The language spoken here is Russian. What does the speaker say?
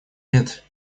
лет